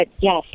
yes